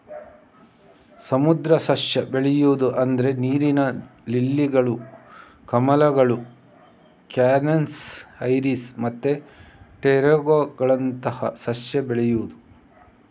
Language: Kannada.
ಸಮುದ್ರ ಸಸ್ಯ ಬೆಳೆಯುದು ಅಂದ್ರೆ ನೀರಿನ ಲಿಲ್ಲಿಗಳು, ಕಮಲಗಳು, ಕ್ಯಾನಸ್, ಐರಿಸ್ ಮತ್ತೆ ಟ್ಯಾರೋಗಳಂತಹ ಸಸ್ಯ ಬೆಳೆಯುದು